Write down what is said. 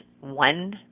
one